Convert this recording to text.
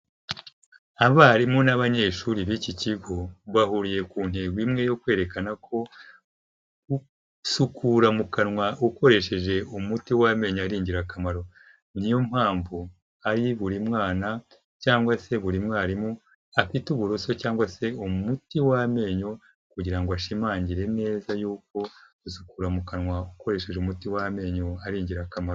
Abarimu n'abanyeshuri b'iki kigo bahuriye ku ntego imwe yo kwerekana ko gusukura mu kanwa ukoresheje umuti w'amenyo ari ingirakamaro, niyo mpamvu ari buri mwana cyangwa se buri mwarimu afite uburoso, cyangwa se umuti w'amenyo, kugira ngo ashimangire neza yuko gusukura mu kanwa ukoresheje umuti w'amenyo ari ingirakamaro.